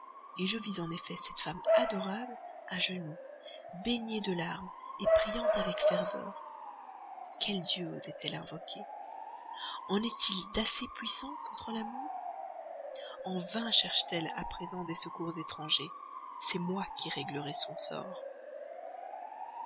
serrure je vis en effet cette femme adorable à genoux baignée de larmes priant avec ferveur quel dieu osait elle invoquer en est-il d'assez puissant contre l'amour en vain cherche t elle à présent des secours étrangers c'est moi qui réglerai son sort